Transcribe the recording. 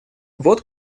вот